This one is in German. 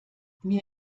mir